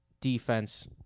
defense